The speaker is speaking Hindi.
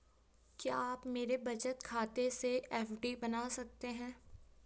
क्या आप मेरे बचत खाते से एफ.डी बना सकते हो?